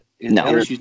No